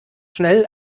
schnell